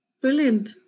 Brilliant